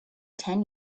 ten